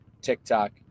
TikTok